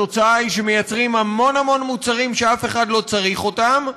התוצאה היא שמייצרים המון המון מוצרים שאף אחד לא צריך אותם,